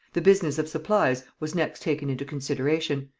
the business of supplies was next taken into consideration,